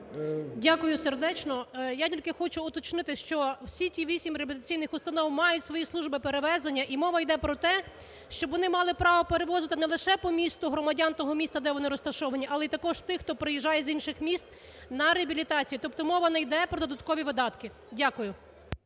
Дякую сердечно. Я тільки хочу уточнити, що всі ті 8 реабілітаційних установ мають свої служби перевезення, і мова йде про те, щоб вони мали право перевозити не лише по місту громадян того міста, де вони розташовані, але і також тих, хто приїжджає з інших міст на реабілітацію. Тобто мова не йде про додаткові видатки. Дякую.